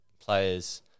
players